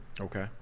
Okay